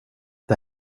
det